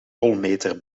rolmeter